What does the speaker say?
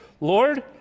Lord